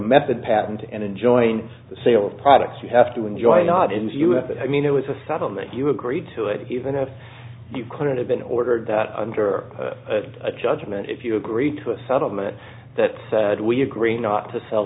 method patent and enjoin the sale of products you have to enjoy not in the us but i mean it was a settlement you agreed to it even if you could have been ordered that under a judgment if you agreed to a settlement that said we agree not to sell